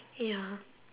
ya